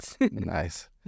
Nice